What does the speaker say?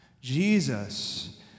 Jesus